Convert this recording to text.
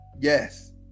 yes